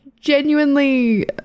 genuinely